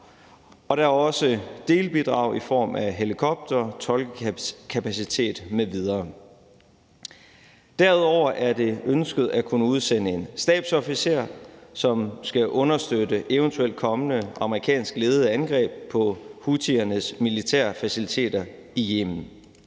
og der er også delbidrag i form af helikoptere, toldkapacitet m.v. Derudover er det ønsket at kunne udsende en stabsofficer, som skal understøtte eventuelt kommende amerikansk ledede angreb på houthiernes militære faciliteter i Yemen.